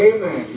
Amen